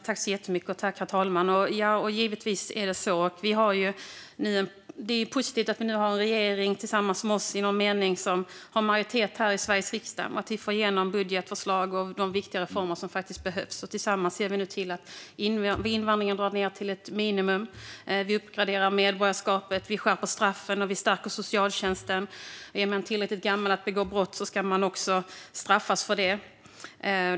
Herr talman! Givetvis är det positivt att vi nu har en regering som tillsammans med oss i någon mening har majoritet i Sveriges riksdag. Vi får igenom budgetförslag och de viktiga reformer som behövs. Tillsammans ser vi nu till att invandringen dras ned till ett minimum. Vi uppgraderar medborgarskapet. Vi skärper straffen, och vi stärker socialtjänsten. Är man tillräckligt gammal att begå brott ska man också straffas för det.